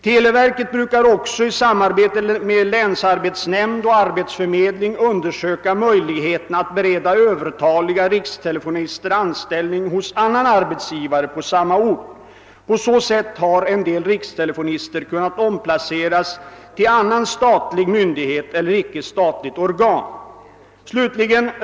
Televerket brukar också i samarbete med länsarbetsnämnd och arbetsledning undersöka möjligheterna att bereda övertaliga rikstelefonister anställning hos an nan arbetsgivare på samma ort. På så sätt har en del rikstelefonister kunnat omplaceras till annan statlig myndighet eller icke statligt organ.